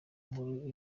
nkuru